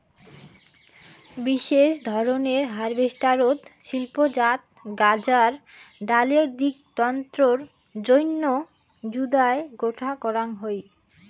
বিশেষ ধরনের হারভেস্টারত শিল্পজাত গাঁজার ডালের দিক তন্তুর জইন্যে জুদায় গোটো করাং হই